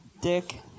dick